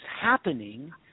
happening